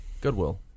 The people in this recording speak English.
Goodwill